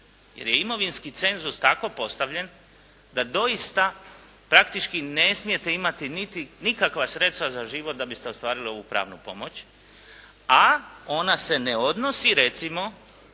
jer je imovinski cenzus tako postavljen da doista praktički ne smijete imati nikakva sredstva za život da biste ostvarili ovu pravnu pomoć, a ona se ne odnosi recimo